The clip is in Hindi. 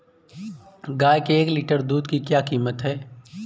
गाय के एक लीटर दूध की क्या कीमत है?